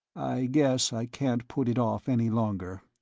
guess i can't put it off any longer,